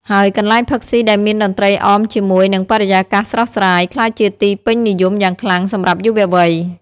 ហើយកន្លែងផឹកស៊ីដែលមានតន្ត្រីអមជាមួយនិងបរិយាកាសស្រស់ស្រាយ ក្លាយជាទីពេញនិយមយ៉ាងខ្លាំងសម្រាប់យុវវ័យ។